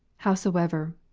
howsoever,